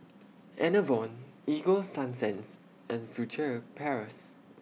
Enervon Ego Sunsense and Furtere Paris